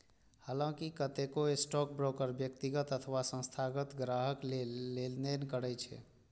हलांकि कतेको स्टॉकब्रोकर व्यक्तिगत अथवा संस्थागत ग्राहक लेल लेनदेन करै छै